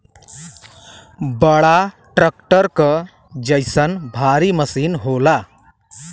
बड़ा ट्रक्टर क जइसन भारी मसीन होला